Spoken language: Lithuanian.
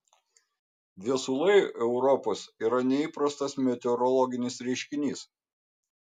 viesulai europos yra neįprastas meteorologinis reiškinys